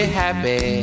happy